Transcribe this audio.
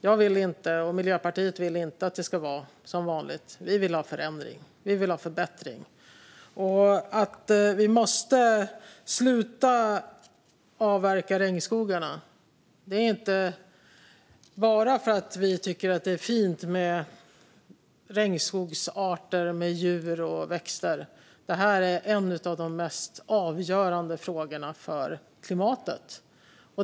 Jag vill inte, och Miljöpartiet vill inte, att det ska vara som vanligt. Vi vill ha förändring och förbättring. Att vi måste sluta avverka regnskogarna är inte bara för att vi tycker att det är fint med regnskogsarter, djur och växter, utan det här är en av de mest avgörande frågorna för klimatet.